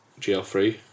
GL3